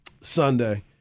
Sunday